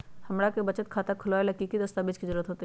हमरा के बचत खाता खोलबाबे ला की की दस्तावेज के जरूरत होतई?